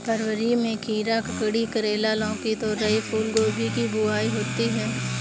फरवरी में खीरा, ककड़ी, करेला, लौकी, तोरई, फूलगोभी की बुआई होती है